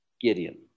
Gideon